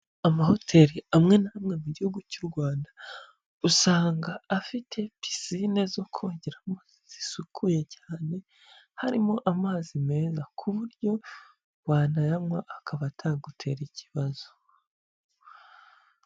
Amahoteli amwe n'amwe mu Gihugu cy'u Rwanda usanga afite pisine zo kogeramo zisukuye cyane harimo amazi meza ku buryo wanayanywa akaba atagutera ikibazo.